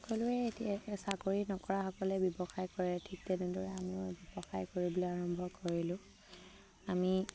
সকলোৱে এতিয়া চাকৰি নকৰাসকলে ব্যৱসায় কৰে ঠিক তেনেদৰে আমিও ব্যৱসায় কৰিবলৈ আৰম্ভ কৰিলোঁ আমি